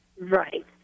Right